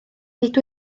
nid